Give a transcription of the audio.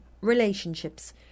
relationships